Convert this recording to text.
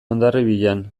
hondarribian